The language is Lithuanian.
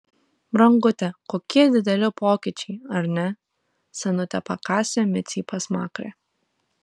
brangute kokie dideli pokyčiai ar ne senutė pakasė micei pasmakrę